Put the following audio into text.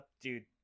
dude